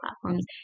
platforms